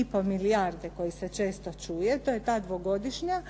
i pol milijarde koji se često čuje, to je ta dvogodišnja,